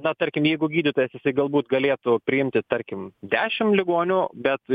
na tarkim jeigu gydytojas jisai galbūt galėtų priimti tarkim dešim ligonių bet